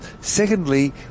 Secondly